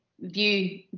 view